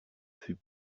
fut